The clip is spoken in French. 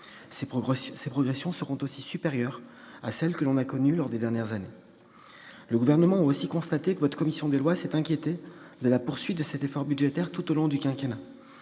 Ces progressions sont supérieures à celles que l'on a connues ces dernières années. Le Gouvernement a constaté que la commission des lois du Sénat s'est inquiétée de la poursuite de cet effort budgétaire tout au long du quinquennat.